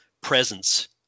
presence